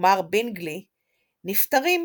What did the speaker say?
ומר בינגלי נפתרים,